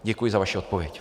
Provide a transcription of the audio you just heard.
Děkuji za vaši odpověď.